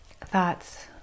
thoughts